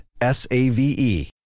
S-A-V-E